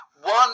One